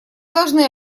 должны